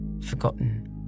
forgotten